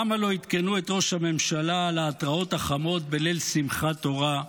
למה לא עדכנו את ראש הממשלה על ההתראות החמות בליל שמחת תורה?